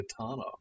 Katana